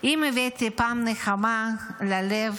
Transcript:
אם הבאתי פעם נחמה ללב,